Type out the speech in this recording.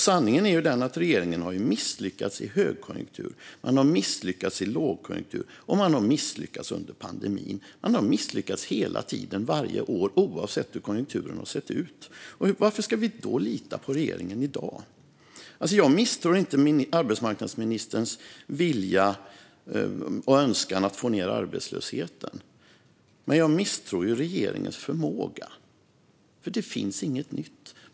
Sanningen är den att regeringen har misslyckats i högkonjunktur, i lågkonjunktur och under pandemin. Man har misslyckats hela tiden, varje år, oavsett hur konjunkturen har sett ut. Varför ska vi då lita på regeringen i dag? Jag misstror inte arbetsmarknadsministerns vilja och önskan att få ned arbetslösheten, men jag misstror regeringens förmåga eftersom det inte finns något nytt.